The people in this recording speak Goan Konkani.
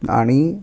आनी